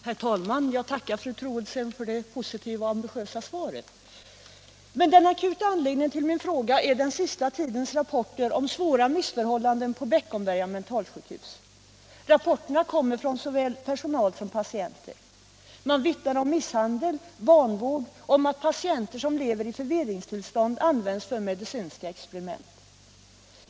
Herr talman! Jag tackar fru Troedsson för det positiva och ambitiösa svaret. Den akuta anledningen till min fråga är den senaste tidens rapporter om svåra missförhållanden på Beckomberga mentalsjukhus. Rapporterna kommer från såväl personal som patienter. Man vittnar om misshandel, om vanvård och om att patienter som lever i förvirringstillstånd används för medicinska experiment.